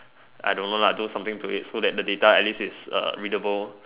I don't know lah do something to it so that the data at least is uh readable